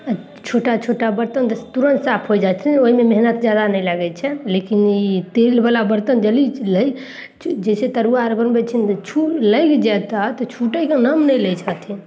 छोटा छोटा बर्तन तुरन्त साफ हो जाइ छै ओहिमे मेहनत जादा नहि लागै छै लेकिन ई तेल बला बर्तन जललै जैसे तरुआ अर बनबै छियै नऽ छू लैग जेतै तऽ छूटय के नाम नै लै छथिन